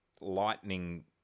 lightning